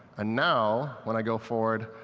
and now when i go forward,